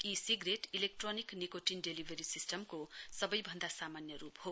ई cigarette electronic nicotine delivery सिस्टमको सबैभन्दा सामान्य रूप हो